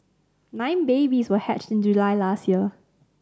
nine babies were hatched in July last year